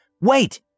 Wait